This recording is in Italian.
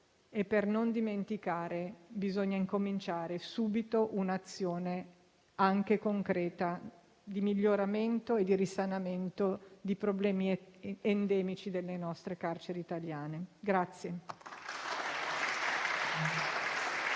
Per non dimenticare, bisogna cominciare subito un'azione anche concreta di miglioramento e di risanamento di problemi endemici delle carceri italiane.